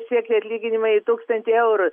siekti atlyginimai tūkstantį eurų